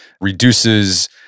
reduces